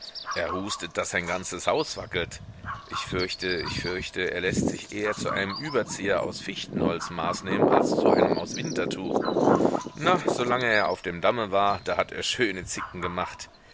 er hustet daß sein ganzes haus wackelt ich fürchte ich fürchte er läßt sich eher zu einem überzieher aus fichtenholz maß nehmen als zu einem aus wintertuch na solange er auf dem damme war da hat er schöne zicken gemacht